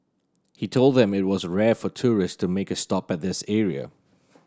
he told them that it was rare for tourist to make a stop at this area